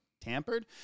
tampered